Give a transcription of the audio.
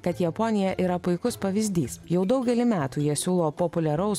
kad japonija yra puikus pavyzdys jau daugelį metų jie siūlo populiaraus